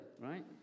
right